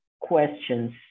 questions